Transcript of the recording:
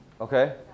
Okay